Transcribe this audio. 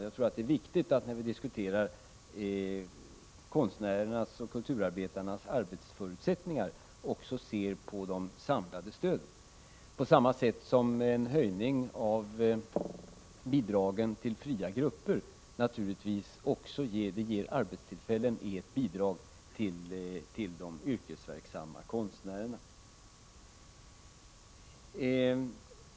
Jag tror att det är viktigt, när vi diskuterar konstnärernas och kulturarbetarnas arbetsförutsättningar, att vi också ser på de samlade stöden. En höjning av bidraget till fria grupper ger naturligtvis på samma sätt arbetstillfällen och är ett bidrag till de yrkesverksamma konstnärerna.